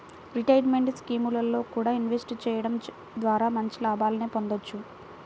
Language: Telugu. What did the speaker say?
రిటైర్మెంట్ స్కీముల్లో కూడా ఇన్వెస్ట్ చెయ్యడం ద్వారా మంచి లాభాలనే పొందొచ్చు